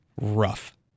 rough